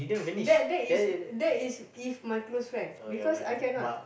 that that is that is if my close friend because I cannot